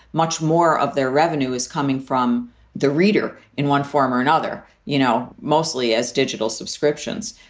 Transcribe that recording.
much more of their revenue is coming from the reader in one form or another, you know, mostly as digital subscriptions.